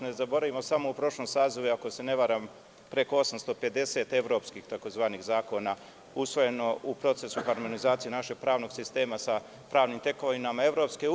Ne zaboravimo, samo u prošlom sazivu je preko 850 tzv. evropskih zakona usvojeno u procesu harmonizacije našeg pravnog sistema sa pravnim tekovinama EU.